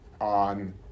on